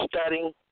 studying